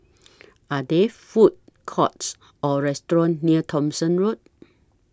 Are There Food Courts Or restaurants near Thomson Road